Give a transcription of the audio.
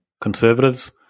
conservatives